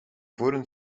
voren